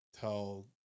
tell